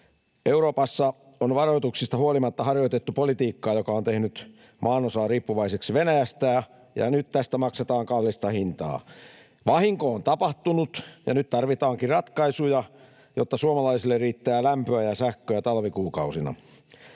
Euroopassa on varoituksista huolimatta harjoitettu politiikkaa, joka on tehnyt maanosaa riippuvaiseksi Venäjästä, ja nyt tästä maksetaan kallista hintaa. Vahinko on tapahtunut, ja nyt tarvitaankin ratkaisuja, jotta suomalaisille riittää lämpöä ja sähköä talvikuukausina.